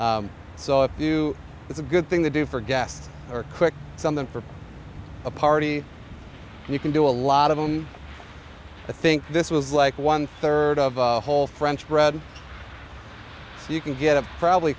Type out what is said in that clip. so if you it's a good thing to do for guests or quick something for a party you can do a lot of them i think this was like one third of a whole french bread you can get up probably